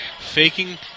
Faking